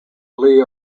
lee